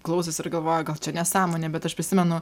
klausos ir galvoja gal čia nesąmonė bet aš prisimenu